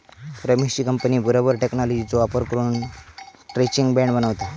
रमेशची company rubber टेक्नॉलॉजीचो वापर करून स्ट्रैचिंग बँड बनवता